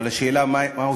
אבל השאלה היא מה עושים,